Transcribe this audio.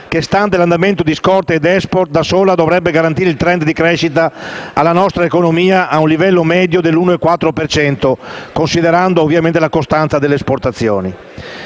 che, stante l'andamento di scorte ed *export*, da sola dovrebbe garantire il *trend* di crescita alla nostra economia ad un livello medio dell'1,4 per cento (ovviamente considerando la costanza delle esportazioni).